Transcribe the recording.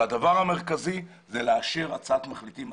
הדבר המרכזי הוא לאשר הצעת מחליטים,